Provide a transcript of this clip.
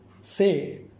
say